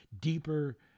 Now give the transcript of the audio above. deeper